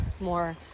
more